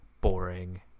boring